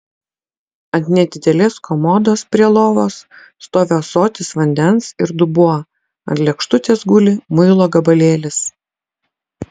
ant nedidelės komodos prie lovos stovi ąsotis vandens ir dubuo ant lėkštutės guli muilo gabalėlis